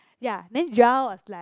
ya then Joel was like